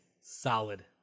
solid